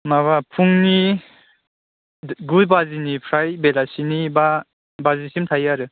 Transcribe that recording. माबा फुंनि गु बाजिनिफ्राय बेलासिनि बा बाजिसिम थायो आरो